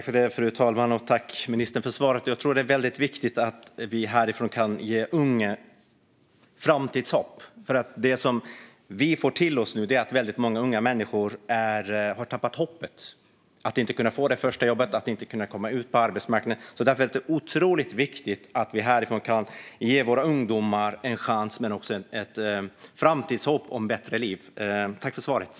Fru talman! Tack, ministern, för svaret! Jag tror att det är väldigt viktigt att vi härifrån kan ge unga framtidshopp. Det vi får till oss nu är att många unga människor har tappat hoppet om att få det första jobbet och kunna komma ut på arbetsmarknaden. Därför är det otroligt viktigt att vi härifrån kan ge våra ungdomar en chans men också ett framtidshopp om ett bättre liv.